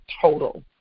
total